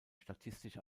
statistische